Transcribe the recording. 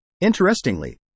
Interestingly